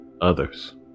others